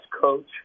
coach